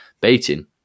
baiting